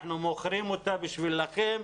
אנחנו מוכרים אותה בשבילכם,